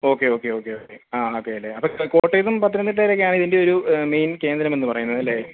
okay okay okay okay ആ അതെയല്ലേ അപ്പോൾ കോട്ടയത്തും പത്തനംതിട്ടയിലെക്കെയാ ഇതിൻ്റെയൊരു മെയിൻ കേന്ദ്രം എന്ന് പറയുന്നത് അല്ലേ